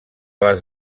les